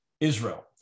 Israel